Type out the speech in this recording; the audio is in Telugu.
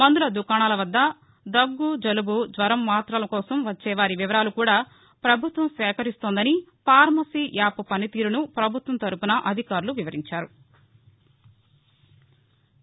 మందుల దుకాణాల వద్ద దగ్గ జలుబు జ్వరం మాత్రల కోసం వచ్చే వారి వివరాలు కూడా ప్రభుత్వం సేకరిస్తోందని ఫార్మసి యాప్ పనితీరును పభుత్వం తరపున అధికారులు వివరించారు